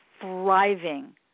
thriving